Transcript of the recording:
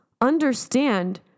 understand